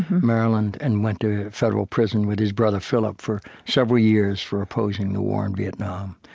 maryland and went to federal prison with his brother, philip, for several years for opposing the war in vietnam.